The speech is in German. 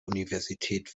universität